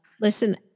Listen